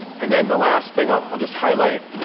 and then the last thing i'll, i'll just highlight,